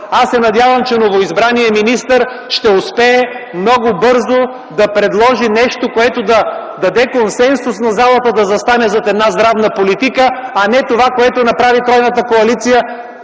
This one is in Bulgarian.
Аз се надявам, че новоизбраният министър ще успее много бързо да предложи нещо, което да даде консенсус в залата, да застане зад една здравна политика, а не това, което направи тройната коалиция.